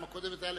אלדד,